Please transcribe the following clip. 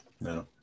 No